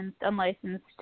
unlicensed